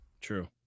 True